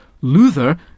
Luther